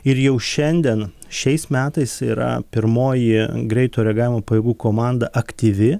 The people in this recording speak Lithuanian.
ir jau šiandien šiais metais yra pirmoji greito reagavimo pajėgų komanda aktyvi